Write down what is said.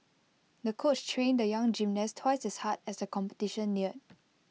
the coach trained the young gymnast twice as hard as the competition neared